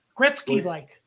Gretzky-like